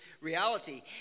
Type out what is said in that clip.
reality